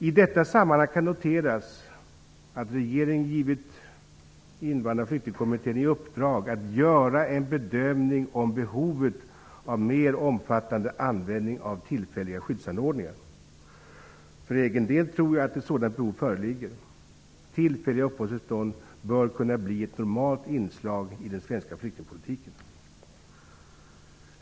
I detta sammanhang kan noteras att regeringen givit Invandrar och flyktingkommittén i uppdrag att göra en bedömning av behovet om en mer omfattande användning av tillfälliga skyddsanordningar. För egen del tror jag att ett sådant behov föreligger. Tillfälliga uppehållstillstånd bör kunna bli ett normalt inslag i den svenska flyktingpolitiken.